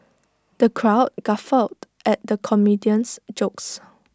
the crowd guffawed at the comedian's jokes